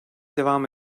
devam